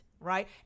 Right